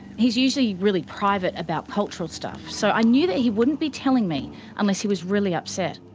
he's usually really private about cultural stuff, so i knew that he wouldn't be telling me unless he was really upset.